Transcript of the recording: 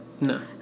No